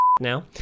Now